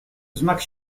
znak